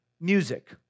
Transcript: music